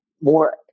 more